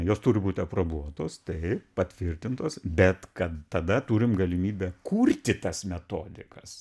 jos turi būti aprobuotos taip patvirtintos bet kad tada turim galimybę kurti tas metodikas